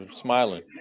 smiling